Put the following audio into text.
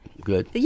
good